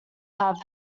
have